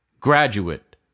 Graduate